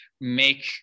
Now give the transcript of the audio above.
make